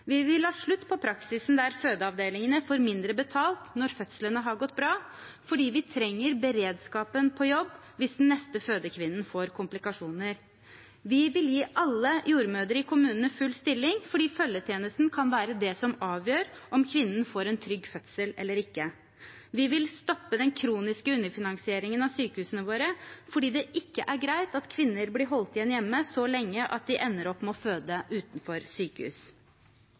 Vi vil ha slutt på praksisen der fødeavdelingene får mindre betalt når fødslene har gått bra, for vi trenger beredskapen på jobb hvis den neste fødekvinnen får komplikasjoner. Vi vil gi alle jordmødre i kommunene full stilling fordi følgetjenesten kan være det som avgjør om kvinnen får en trygg fødsel eller ikke. Vi vil stoppe den kroniske underfinansieringen av sykehusene våre fordi det ikke er greit at kvinner blir holdt igjen hjemme så lenge at de ender opp med å føde utenfor sykehus.